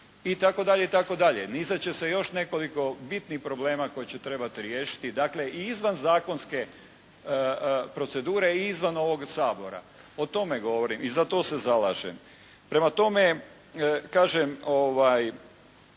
I tako dalje i tako dalje. Nizat će se još nekoliko bitnih problema koje će trebat riješiti. Dakle i izvan zakonske procedure i izvan ovog Sabora. O tome govorim i za to se zalažem. Prema tome kažem postoji,